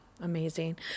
Amazing